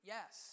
Yes